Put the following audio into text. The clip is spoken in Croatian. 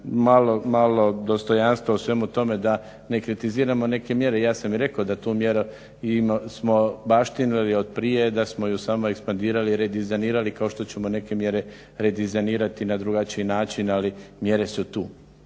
malo dostojanstva u svemu tome da ne kritiziramo neke mjere. Ja sam i rekao da tu mjeru smo baštinili od prije, da smo je samo ekspandirali i redizajnirali kao što ćemo neke mjere redizajnirati na drugačiji način, ali mjere su tu.